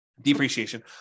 depreciation